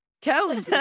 Kelly